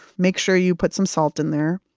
make sure you put some salt in there.